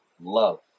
love